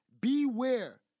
beware